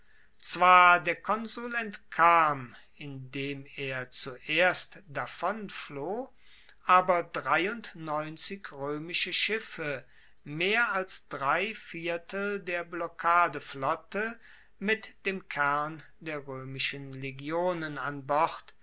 zwar der konsul entkam indem er zuerst davonfloh aber roemische schiffe mehr als drei viertel der blockadeflotte mit dem kern der roemischen legionen an bord